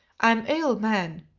i'm ill, man!